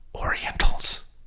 orientals